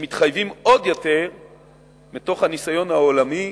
הם מתחייבים עוד יותר מתוך הניסיון העולמי,